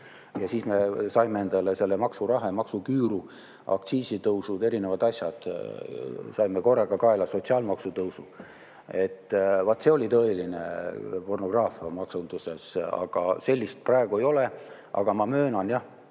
Ja siis me saime endale selle maksurahe, maksuküüru, aktsiisitõusud, igasugu erinevad asjad korraga kaela, ka sotsiaalmaksu tõusu. Vaat see oli tõeline pornograafia maksunduses. Sellist praegu ei ole. Aga ma möönan, et